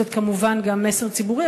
זה כמובן גם מסר ציבורי,